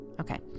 Okay